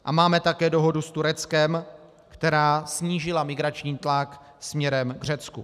A máme také dohodu s Tureckem, která snížila migrační tlak směrem k Řecku.